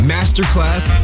Masterclass